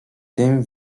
tym